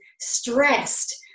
stressed